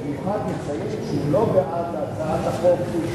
במיוחד מציין שהוא לא בעד הצעת החוק כפי,